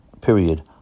Period